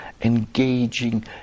engaging